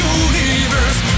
universe